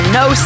no